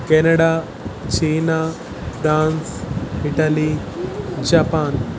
Canada China France Italy Japan